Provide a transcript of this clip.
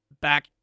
back